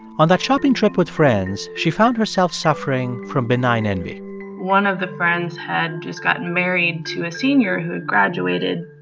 on that shopping trip with friends, she found herself suffering from benign envy one of the friends had just gotten married to a senior who had graduated,